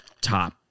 top